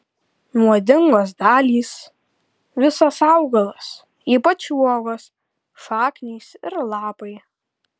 nuodingos dalys visas augalas ypač uogos šaknys ir lapai